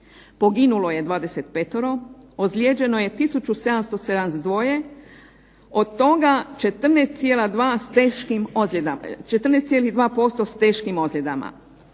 Poginulo je 25, ozlijeđeno je tisuću 772, od toga 14,2% s teškim ozljedama.